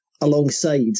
alongside